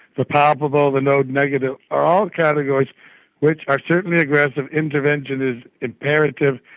the palpable, the node negative are all categories which are certainly aggressive, intervention is imperative,